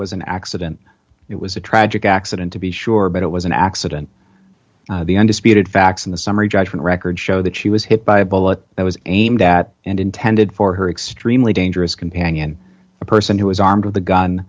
was an accident it was a tragic accident to be sure but it was an accident the undisputed facts in the summary judgment records show that she was hit by a bullet that was aimed at and intended for her extremely dangerous companion a person who is armed with a gun